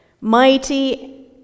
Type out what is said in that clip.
mighty